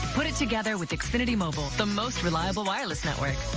put it together with xfinity mobile the most reliable wireless network.